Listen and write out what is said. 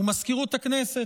ומזכירות הכנסת,